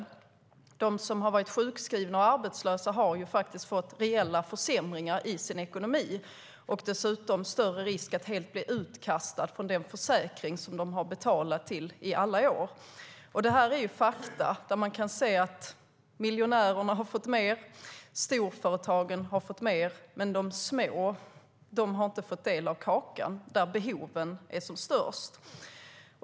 De som har varit sjukskrivna och arbetslösa har faktiskt fått reella försämringar i sin ekonomi och dessutom större risk att helt bli utkastade från den försäkring som de har betalat till i alla år. Detta är fakta. Miljonärerna har fått mer. Storföretagen har fått mer, men de små har inte fått del av kakan, trots att behoven där är störst.